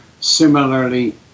similarly